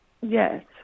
Yes